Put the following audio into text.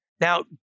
Now